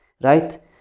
Right